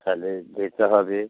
তাহলে যেতে হবে